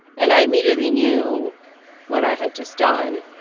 and i immediately knew what i had just done.